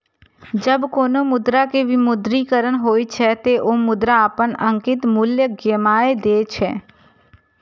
जब कोनो मुद्रा के विमुद्रीकरण होइ छै, ते ओ मुद्रा अपन अंकित मूल्य गमाय दै छै